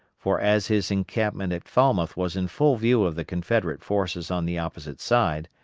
for as his encampment at falmouth was in full view of the confederate forces on the opposite side,